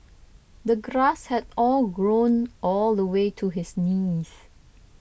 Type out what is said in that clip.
the grass had all grown all the way to his knees